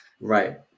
Right